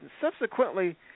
Subsequently